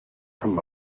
from